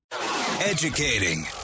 Educating